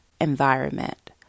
environment